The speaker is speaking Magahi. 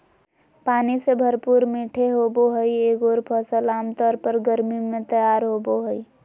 पानी से भरपूर मीठे होबो हइ एगोर फ़सल आमतौर पर गर्मी में तैयार होबो हइ